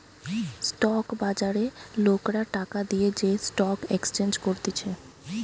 stock বাজারে লোকরা টাকা দিয়ে যে স্টক এক্সচেঞ্জ করতিছে